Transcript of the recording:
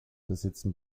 besitzen